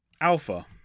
alpha